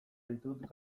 ditut